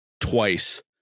twice